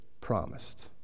promised